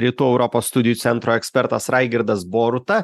rytų europos studijų centro ekspertas raigirdas boruta